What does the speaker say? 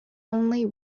only